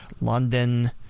london